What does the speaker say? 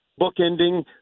bookending